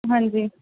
ਹਾਂਜੀ